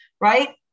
right